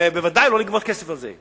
ובוודאי לא לגבות כסף על זה.